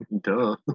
duh